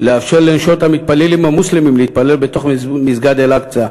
לאפשר לנשות המתפללים המוסלמים להתפלל בתוך מסגד אל-אקצא,